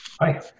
Hi